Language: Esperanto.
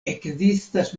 ekzistas